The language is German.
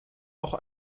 auch